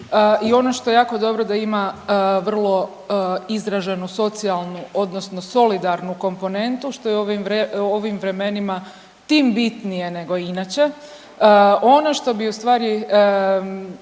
i ono što je jako dobro da ima vrlo izraženu socijalnu odnosno solidarnu komponentu, što je u ovim vremenima tim bitnije nego inače. Ono što bi ustvari